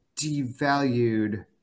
devalued